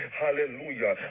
hallelujah